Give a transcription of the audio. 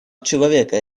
человека